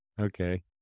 Okay